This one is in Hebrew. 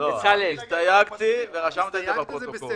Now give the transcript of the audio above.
הסתייגתי וזה נרשם בפרוטוקול.